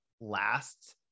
last